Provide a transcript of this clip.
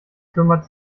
kümmert